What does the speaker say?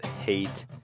hate